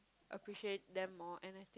appreciate them more and like